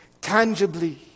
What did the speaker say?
tangibly